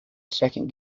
second